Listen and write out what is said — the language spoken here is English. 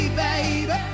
baby